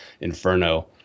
inferno